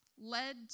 led